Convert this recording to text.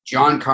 John